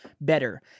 Better